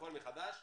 הכל מחדש,